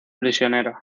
prisionero